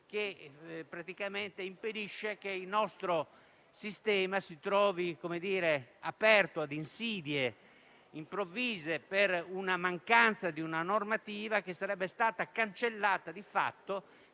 che impedisce che il nostro sistema si trovi aperto a insidie improvvise per mancanza di una normativa che sarebbe stata cancellata di fatto